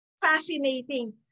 fascinating